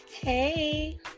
Hey